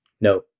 No